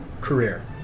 career